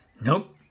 Nope